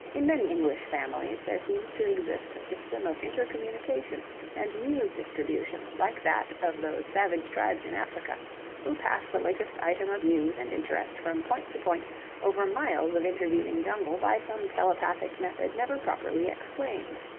in many english families there seems to exist a system of inter-communication and news-distribution like that of those savage tribes in africa who pass the latest item of news and interest from point to point over miles of intervening jungle by some telepathic method never properly explained.